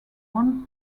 one